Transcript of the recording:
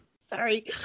Sorry